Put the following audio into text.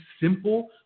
simple